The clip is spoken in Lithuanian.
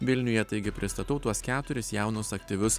vilniuje taigi pristatau tuos keturis jaunus aktyvius